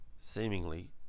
seemingly